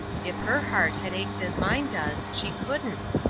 if her heart had ached as mine does, she couldn't,